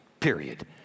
period